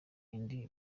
indi